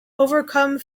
overcome